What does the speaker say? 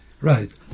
right